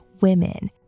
women